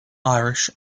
irish